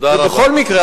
בכל מקרה,